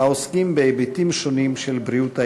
העוסקים בהיבטים שונים של בריאות האישה,